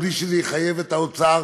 בלי שזה יחייב את האוצר